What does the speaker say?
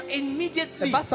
immediately